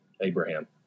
Abraham